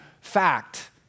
fact